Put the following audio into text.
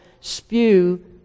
spew